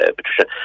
Patricia